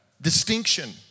distinction